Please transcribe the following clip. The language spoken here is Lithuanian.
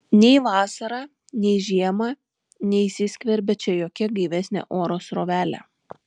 nei vasarą nei žiemą neįsiskverbia čia jokia gaivesnė oro srovelė